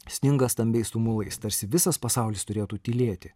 sninga stambiais tumulais tarsi visas pasaulis turėtų tylėti